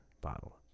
bottle